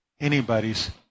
anybody's